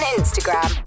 Instagram